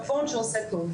נבון שעושה טוב.